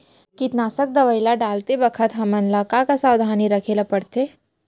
कीटनाशक दवई ल डालते बखत हमन ल का का सावधानी रखें ल पड़थे?